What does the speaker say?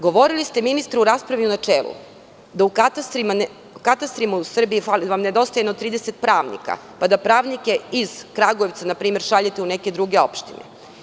Govorili ste, ministre, u raspravi, u načelu, da u katastrima u Srbiji nedostaje jedno 30 pravnika, pa da pravnike iz Kragujevca, na primer, šaljite u neke druge opštine.